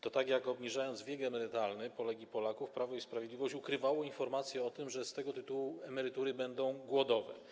To tak jak obniżając wiek emerytalny Polek i Polaków, Prawo i Sprawiedliwość ukrywało informację o tym, że z tego tytułu emerytury będą głodowe.